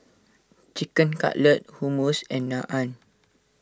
Chicken Cutlet Hummus and Naan